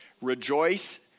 Rejoice